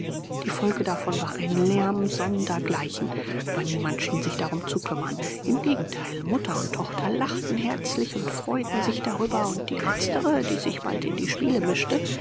die folge davon war ein lärm sondergleichen aber niemand schien sich darum zu kümmern im gegenteil mutter und tochter lachten herzlich und freuten sich darüber und die letztere die sich bald in die spiele mischte